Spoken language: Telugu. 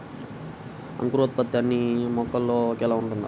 అంకురోత్పత్తి అన్నీ మొక్కలో ఒకేలా ఉంటుందా?